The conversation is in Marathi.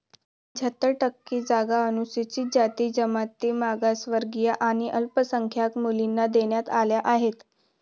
पंच्याहत्तर टक्के जागा अनुसूचित जाती, जमाती, मागासवर्गीय आणि अल्पसंख्याक मुलींना देण्यात आल्या आहेत